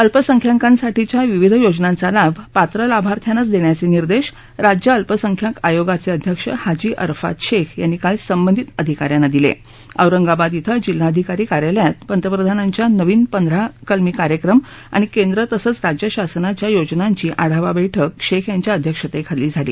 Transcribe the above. अल्पसंख्याकांसाठीच्या विविध योजनांचा लाभ पात्र लाभार्थ्यांनाच दख्याचारिदेश राज्य अल्पसंख्यांक आयोगाचारिध्यक्ष हाजी अरफात शखी यांनी काल संबंधित अधिकाऱ्यांना दिला औरंगाबाद इथं जिल्हाधिकारी कार्यालयात पंतप्रधानांच्या नवीन पंधरा कलमी कार्यक्रम आणि केंद्र तसचं राज्य शासनाच्या योजनांची आढावा बैठक शखीयांच्या अध्यक्षतखीली झाली